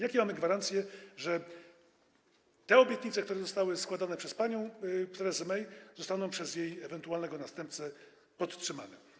Jakie mamy gwarancje, że te obietnice, które były składane przez panią Theresę May, zostaną przez jej ewentualnego następcę podtrzymane?